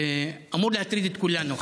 אמור להטריד את כולנו.